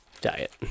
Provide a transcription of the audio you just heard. diet